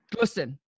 listen